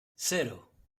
cero